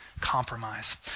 compromise